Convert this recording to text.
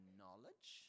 knowledge